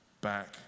back